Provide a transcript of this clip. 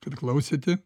kad klausėte